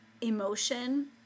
emotion